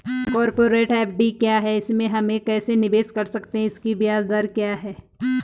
Corporate FD क्या है इसमें हम कैसे निवेश कर सकते हैं इसकी ब्याज दर क्या है?